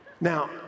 Now